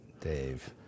Dave